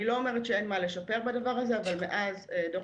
אני לא אומרת שאין מה לשפר בדבר הזה אבל מאז דוח